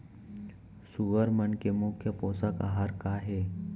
सुअर मन के मुख्य पोसक आहार का हे?